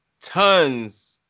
tons